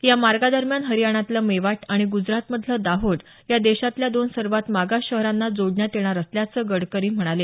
या मार्गादरम्यान हरियाणातले मेवाट आणि ग्जरातमधले दाहोड या देशातले दोन सर्वात मागास शहरांना जोडण्यात येणार असल्याचं गडकरी म्हणाले